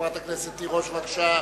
חברת הכנסת תירוש, בבקשה.